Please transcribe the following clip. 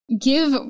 give